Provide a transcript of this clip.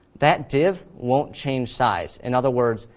that div won't change size. in other words,